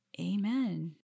Amen